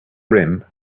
brim